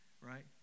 right